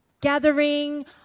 gathering